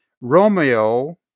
Romeo